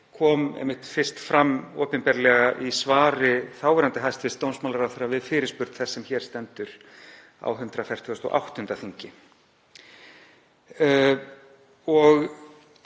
kom einmitt fyrst fram opinberlega í svari þáverandi hæstv. dómsmálaráðherra við fyrirspurn þess sem hér stendur á 148. þingi. Af